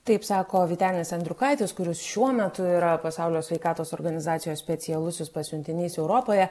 taip sako vytenis andriukaitis kuris šiuo metu yra pasaulio sveikatos organizacijos specialusis pasiuntinys europoje